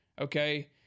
Okay